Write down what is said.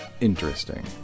interesting